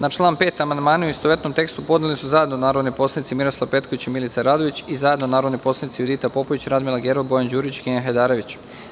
Na član 5. amandman u istovetnom tekstu podneli su zajedno narodni poslanici Miroslav Petković i Milica Radović i zajedno narodni poslanici Judita Popović, Radmila Gerov, Bojan Đurić i Kenan Hajdarević.